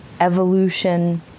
evolution